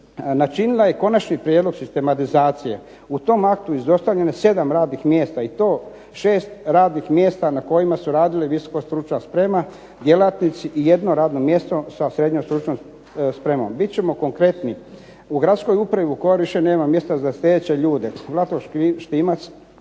Načinila je konačni prijedlog sistematizacije u tom aktu izostavljeno je sedam radnih mjesta i to šest radnih mjesta na kojima su radili visoka stručna sprema, djelatnici i jedno radno mjesto sa srednjom stručnom spremom. Bit ćemo konkretni. U gradskoj upravi Vukovar više nema mjesta za sljedeće ljude: Renato Štimac,